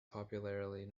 popularly